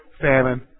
famine